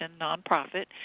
nonprofit